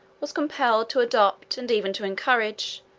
was compelled to adopt, and even to encourage,